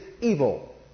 evil